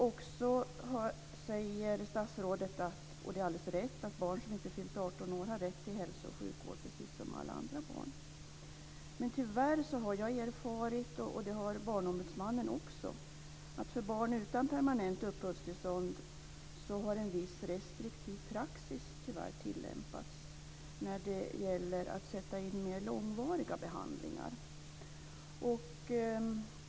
Vidare säger statsrådet, vilket är alldeles rätt, att barn som inte fyllt 18 år har rätt till hälso och sjukvård, precis som alla andra barn. Tyvärr har jag erfarit, och det har också Barnombudsmannen gjort, att för barn utan permanent uppehållstillstånd har en viss restriktiv praxis tillämpats när det gäller att sätta in mera långvariga behandlingar.